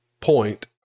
point